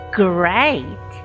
great